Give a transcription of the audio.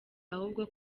ahubwo